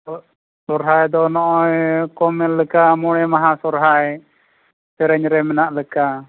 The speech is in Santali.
ᱥᱚᱦᱨᱟᱭ ᱫᱚ ᱱᱚᱜᱼᱚᱭ ᱠᱚ ᱢᱮᱱᱞᱮᱠᱟ ᱢᱚᱬᱮ ᱢᱟᱦᱟ ᱥᱚᱦᱨᱟᱭ ᱥᱮᱨᱮᱧ ᱨᱮ ᱢᱮᱱᱟᱜ ᱞᱮᱠᱟ